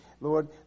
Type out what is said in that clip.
Lord